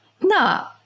No